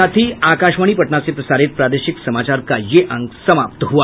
इसके साथ ही आकाशवाणी पटना से प्रसारित प्रादेशिक समाचार का ये अंक समाप्त हुआ